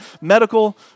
medical